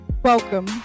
Welcome